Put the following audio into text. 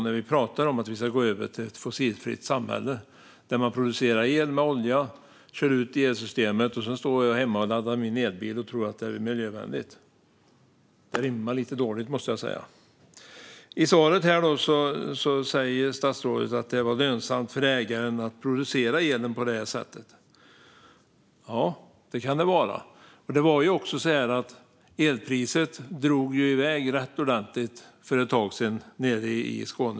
När vi pratar om att gå över till ett fossilfritt samhälle blir det lite avigt om man producerar el med olja och kör ut det i elsystemet medan jag står hemma och laddar min elbil och tror att det är miljövänligt. Det rimmar lite illa. Statsrådet säger i svaret att det var lönsamt för ägaren att producera elen på detta sätt. Det kan det vara. Men elpriset nere i Skåne drog också iväg ganska ordentligt för ett tag sedan.